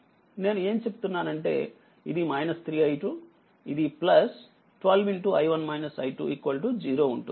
నేను ఏం చెబుతున్నానంటేఇది 3i2 ఇది 12 0 ఉంటుంది